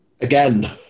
Again